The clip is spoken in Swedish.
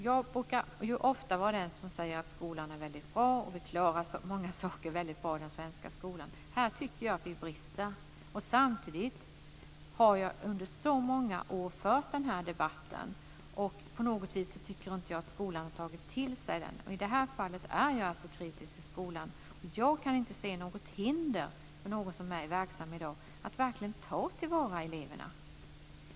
Jag brukar ofta säga att skolan är väldigt bra och att den svenska skolan klarar många saker väldigt bra. Här tycker jag att det brister. Samtidigt har jag under så många år fört denna debatt. På något vis tycker jag inte att skolan har tagit till sig den. I det här fallet är jag alltså kritisk till skolan. Jag kan inte se något hinder för någon som är verksam i dag att verkligen ta till vara eleverna.